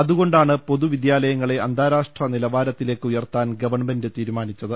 അതുകൊണ്ടാണ് പൊതുവിദ്യാലയങ്ങളെ അന്താരാഷ്ട്ര നിലവാരത്തിലേക്ക് ഉയർത്താൻ ഗവൺമെന്റ് തീരുമാനിച്ചത്